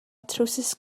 trowsus